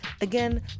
again